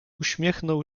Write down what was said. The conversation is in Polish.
uśmiechnął